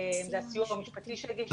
זה הסיוע המשפטי שהגיש עתירה.